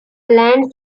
land